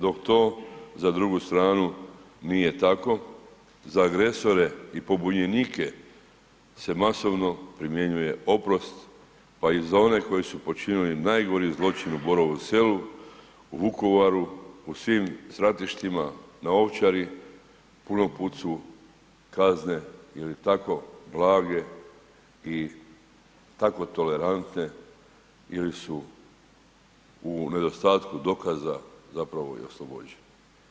Dok to za drugu stranu nije tako, za agresore i pobunjenike se masovno primjenjuje oprost, pa za i one koji su počinili najgori zločin u Borovu Selu, Vukovaru u svim stratištima na Ovčari, puno put su kazne ili tako blage i tako tolerantne ili su u nedostatku dokaza zapravo i oslobođeni.